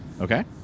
Okay